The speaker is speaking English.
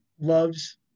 loves